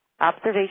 Observation